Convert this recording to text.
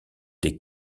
des